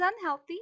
unhealthy